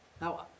Now